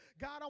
God